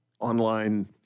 online